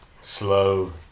slow